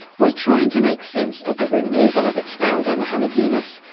we're trying to make sense of the removal of its founder, muhummad yunus,